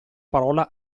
parola